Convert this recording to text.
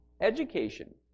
Education